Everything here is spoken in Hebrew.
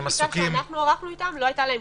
השוקולד ושבר, כאשר אמרתי לו, לא לנגוע בזה,